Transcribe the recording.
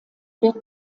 wird